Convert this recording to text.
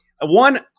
one